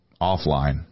offline